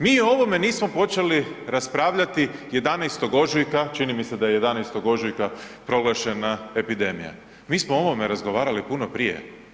Mi o ovome nismo počeli raspravljati 11.ožujka, čini mi se da je 11.ožujka proglašena epidemija, mi smo o ovome razgovarali puno prije.